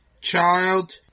child